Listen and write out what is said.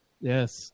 Yes